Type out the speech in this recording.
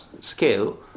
scale